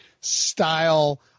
style